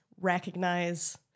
recognize